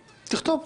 תכתוב,